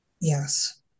Yes